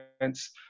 events